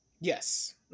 yes